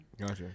Gotcha